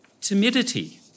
timidity